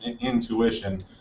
intuition